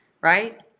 Right